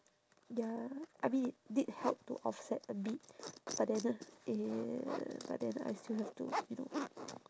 ya I mean it did help to offset a bit but then uh eh but then I still have to you know